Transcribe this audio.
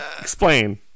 Explain